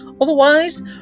otherwise